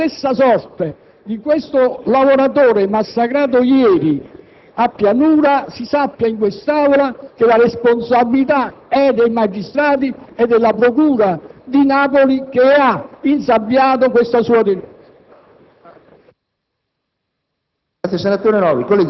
Ora, se l'imprenditore Supino subirà la stessa sorte di questo lavoratore massacrato ieri a Pianura, si sappia in quest'Aula che la responsabilità è dei magistrati e della procura di Napoli che ha insabbiato la sua denuncia.